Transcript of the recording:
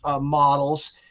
models